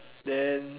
then